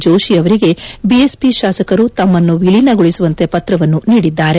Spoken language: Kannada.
ಜೋಶಿ ಅವರಿಗೆ ಬಿಎಸ್ಪಿ ಶಾಸಕರು ತಮ್ಮನ್ನು ವಿಲೀನಗೊಳಿಸುವಂತೆ ಪತ್ರವನ್ನು ನೀಡಿದ್ದಾರೆ